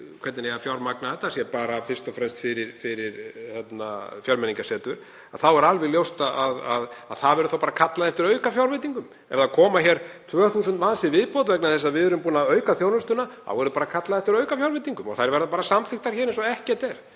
hvernig eigi að fjármagna þetta, þetta sé bara fyrst og fremst fyrir Fjölmenningarsetur, að það verður þá bara kallað eftir aukafjárveitingu. Ef það koma hér 2.000 manns í viðbót vegna þess að við erum búin að auka þjónustuna þá verður bara kallað eftir aukafjárveitingum og þær verða samþykktar hér eins og ekkert sé.